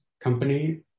company